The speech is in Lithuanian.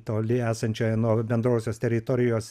toli esančioje nuo bendrosios teritorijos